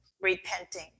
repenting